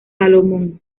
salomón